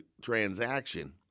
transaction